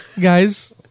Guys